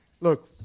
Look